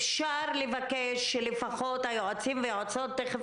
אפשר לבקש שלפחות היועצים והיועצות תכף